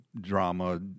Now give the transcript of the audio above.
drama